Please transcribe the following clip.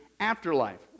Afterlife